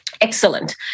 Excellent